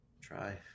Try